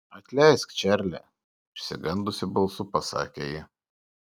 atleisk čarli išsigandusi balsu pasakė ji